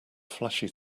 flashy